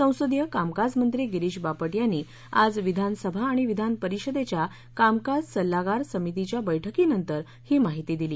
संसदीय कामकाज मंत्री गिरीष बापट यांनी आज विधानसभा आणि विधान परिषदेच्या कामकाज सल्लागार समितीच्या बैठकीनंतर ही माहिती दिली